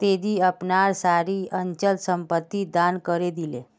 तेजी अपनार सारी अचल संपत्ति दान करे दिले